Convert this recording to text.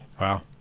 Wow